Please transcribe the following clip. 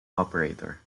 operator